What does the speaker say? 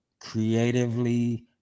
creatively